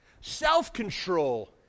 self-control